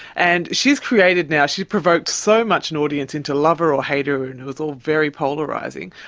and she's created now, she's provoked so much an audience into love her or hate her and it was all very polarising.